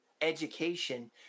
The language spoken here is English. education